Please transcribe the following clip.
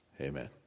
Amen